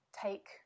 take